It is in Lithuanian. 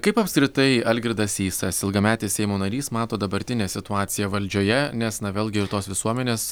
kaip apskritai algirdas sysas ilgametis seimo narys mato dabartinę situaciją valdžioje nes na vėlgi ir tos visuomenės